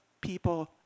people